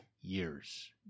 years